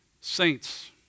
Saints